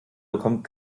bekommt